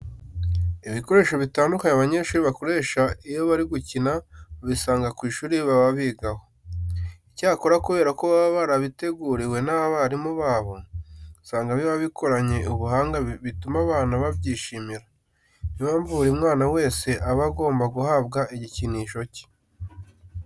Ibikoresho bitandukanye abanyeshuri bakoresha iyo bari gukina babisanga ku ishuri baba bigaho. Icyakora kubera ko baba barabiteguriwe n'abarimu babo, usanga biba bikoranye ubuhanga butuma abana babyishimira. Ni yo mpamvu buri mwana wese aba agomba guhabwa igikinisho cye.